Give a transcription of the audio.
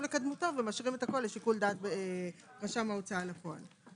לקדמתו ומשאירים הכול לשיקול דעת רשם ההוצאה לפועל.